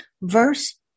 Verse